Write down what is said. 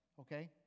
okay